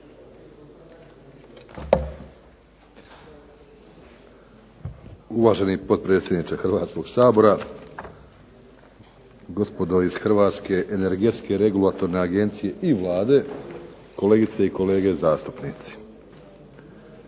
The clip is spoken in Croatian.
Uvaženi potpredsjedniče Hrvatskog sabora, gospodo iz Hrvatske energetske regulatorne agencije i Vlade, kolegice i kolege zastupnici.